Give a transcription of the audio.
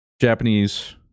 Japanese